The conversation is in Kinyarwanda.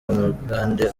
umugande